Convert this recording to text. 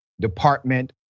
Department